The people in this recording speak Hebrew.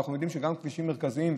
אבל אנחנו יודעים שגם כבישים מרכזיים,